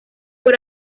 por